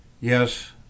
Yes